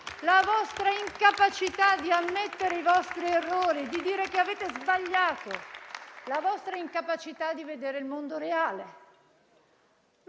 la vostra incapacità di ammettere i vostri errori e dire che avete sbagliato, per la vostra incapacità di vedere il mondo reale.